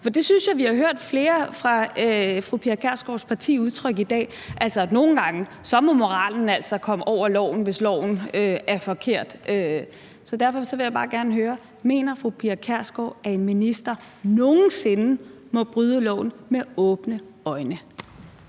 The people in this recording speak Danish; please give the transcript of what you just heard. for det synes jeg vi har hørt flere fra fru Pia Kjærsgaards parti udtrykke i dag: Altså, nogle gange må moralen altså stå over loven, hvis loven er forkert. Så derfor vil jeg bare gerne høre: Mener fru Pia Kjærsgaard, at en minister nogen sinde må bryde loven med åbne øjne?